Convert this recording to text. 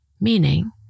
meaning